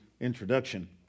introduction